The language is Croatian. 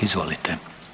Izvolite.